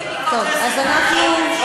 ועדת הכנסת.